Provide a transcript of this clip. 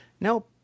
no